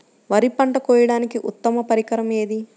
వరి పంట కోయడానికి ఉత్తమ పరికరం ఏది?